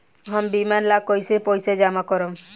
हम बीमा ला कईसे पईसा जमा करम?